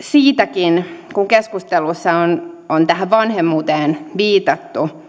siitäkin kun keskustelussa on on vanhemmuuteen viitattu